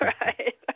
right